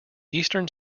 eastern